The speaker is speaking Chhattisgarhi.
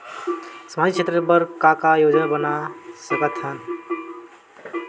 सामाजिक क्षेत्र बर का का योजना बना सकत हन?